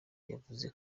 yavuze